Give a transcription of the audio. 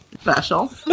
special